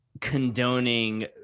condoning